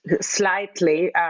slightly